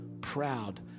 proud